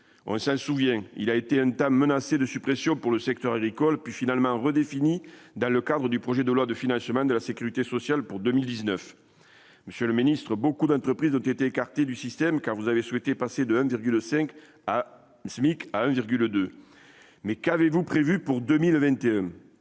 on se souvient, il a été entame menacés de suppression pour le secteur agricole, puis finalement redéfinies dans le cadre du projet de loi de finale, chemin de la Sécurité sociale pour 2019, monsieur le ministre, beaucoup d'entreprises ont été écartés du système, car vous avez souhaité passer de 1,5 à SMIC à 1 virgule 2 mais qu'avez-vous prévu pour 2021.